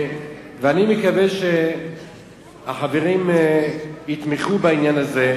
אני מקווה שהחברים יתמכו בעניין הזה,